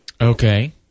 Okay